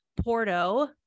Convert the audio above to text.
Porto